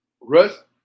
Russ